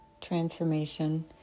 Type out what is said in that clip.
transformation